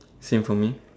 same for me